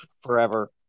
forever